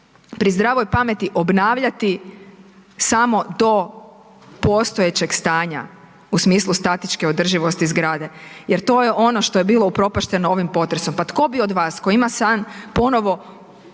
pri zdravoj pameti obnavljati samo do postojećeg stanja u smislu statičke održivosti zgrade, jer to je ono što je bilo upropašteno ovim potresom. Pa tko bi od vas, ima san, ponovo